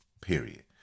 Period